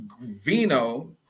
Vino